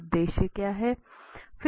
उद्देश्य क्या है